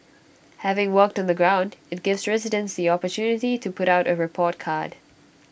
having worked on the ground IT gives residents the opportunity to put out A report card